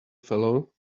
fellow